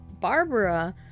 barbara